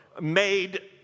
made